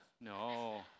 No